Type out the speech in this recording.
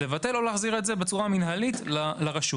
לבטל או להחזיר את זה בצורה מינהלית לרשות.